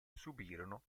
subirono